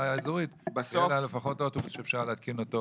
האזורית יהיה לה לפחות אוטובוס שאפשר להתקין אותו